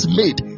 made